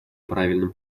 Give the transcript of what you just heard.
правильном